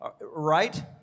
right